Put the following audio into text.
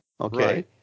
okay